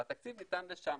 והתקציב ניתן לשם.